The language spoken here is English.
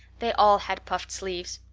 they all had puffed sleeves.